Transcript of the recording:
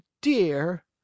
dear